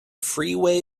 freeway